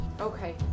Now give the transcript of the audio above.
Okay